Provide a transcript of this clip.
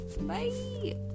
bye